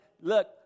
look